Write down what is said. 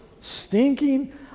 stinking